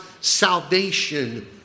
salvation